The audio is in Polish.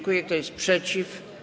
Kto jest przeciw?